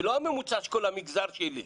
ולא הממוצע של כל המגזר שלי.